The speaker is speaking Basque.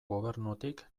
gobernutik